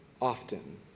often